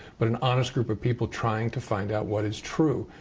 but an honest group of people trying to find out what is true.